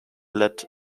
led